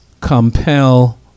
compel